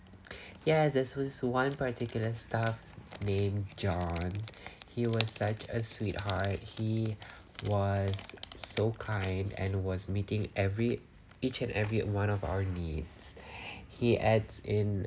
yeah there's was one particular staff named john he was such a sweet heart he was so kind and was meeting every each and every one of our needs he adds in